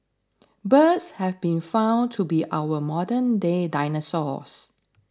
birds have been found to be our modern day dinosaurs